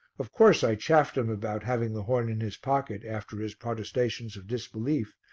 of course i chaffed him about having the horn in his pocket after his protestations of disbelief,